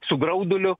su grauduliu